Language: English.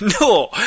No